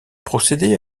procédé